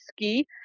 ski